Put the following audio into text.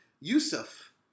Yusuf